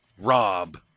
rob